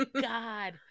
god